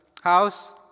house